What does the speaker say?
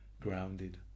grounded